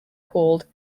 called